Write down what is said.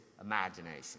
imagination